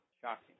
shocking